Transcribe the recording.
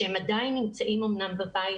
שהם עדיין נמצאים בבית,